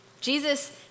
Jesus